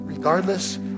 Regardless